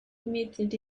permitted